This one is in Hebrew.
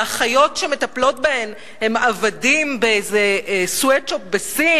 האחיות שמטפלות בהם הן שפחות באיזה "סווטשופ" בסין?